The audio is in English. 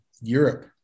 Europe